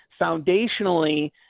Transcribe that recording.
foundationally